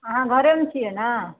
अहाँ घरेमे छियै ने